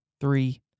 three